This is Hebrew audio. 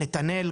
נתנאל,